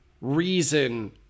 reason